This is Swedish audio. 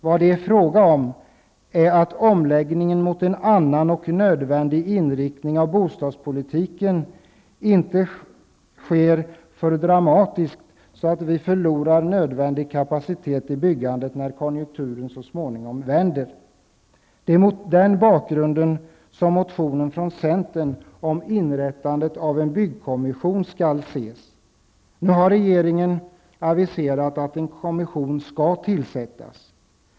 Vad det är fråga om är att omläggningen mot en annan och nödvändig inriktning av bostadspolitiken inte får ske alltför dramatiskt, så att vi därmed förlorar nödvändig kapacitet i byggandet när konjunkturen så småningom vänder. Det är mot den bakgrunden som centerns motion om inrättandet av en byggkommission skall ses. Nu har regeringen aviserat att en kommission skall tillsättas.